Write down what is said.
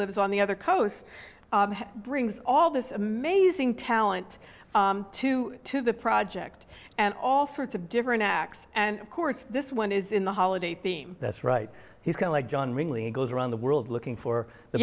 lives on the other coast brings all this amazing talent to to the project and all sorts of different acts and of course this one is in the holiday theme that's right he's got like john ridley it goes around the world looking for the